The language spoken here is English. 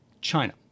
China